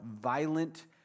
violent